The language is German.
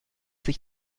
sich